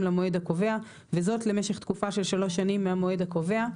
למועד הקובע וזאת למשך תקופה של שלוש שנים מהמועד הקובע."